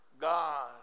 God